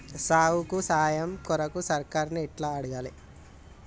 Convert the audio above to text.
సాగుకు సాయం కొరకు సర్కారుని ఎట్ల అడగాలే?